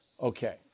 Okay